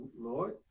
Lord